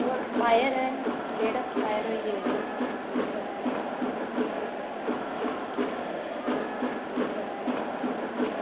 ओह् एक्सपायर ऐ date expire होई दी एह्दी